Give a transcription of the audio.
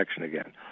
again